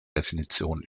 definition